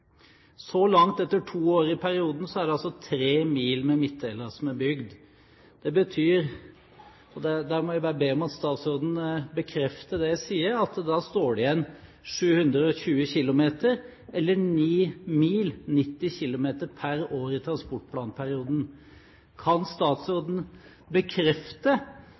Så langt, etter to år i perioden, er altså 3 mil med midtdelere bygget. Det betyr – da må jeg bare be om at statsråden bekrefter det jeg sier – at det står igjen 720 km, eller 9 mil – 90 km – per år i transportplanperioden. Kan statsråden bekrefte